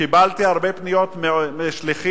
קיבלתי הרבה פניות משליחים,